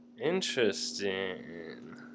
Interesting